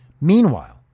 Meanwhile